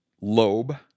lobe